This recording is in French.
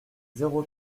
zéro